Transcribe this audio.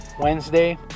Wednesday